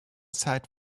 site